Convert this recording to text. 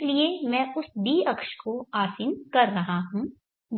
इसलिए मैं उस d अक्ष को आसिन कर रहा हूं